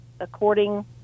According